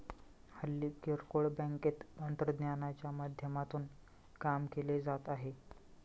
हल्ली किरकोळ बँकेत तंत्रज्ञानाच्या माध्यमातून काम केले जात आहे